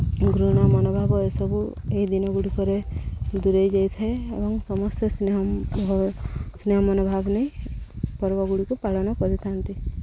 ଘୃଣା ମନୋଭାବ ଏସବୁ ଏହି ଦିନ ଗୁଡ଼ିକରେ ଦୂରେଇ ଯାଇଥାଏ ଏବଂ ସମସ୍ତେ ସ୍ନେହ ସ୍ନେହ ମନୋଭାବ ନେଇ ପର୍ବ ଗୁଡ଼ିକୁ ପାଳନ କରିଥାନ୍ତି